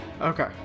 Okay